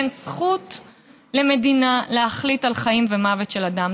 אין זכות למדינה להחליט על חיים ומוות של אדם.